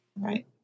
Right